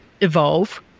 evolve